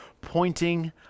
pointing